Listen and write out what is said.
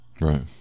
Right